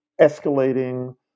escalating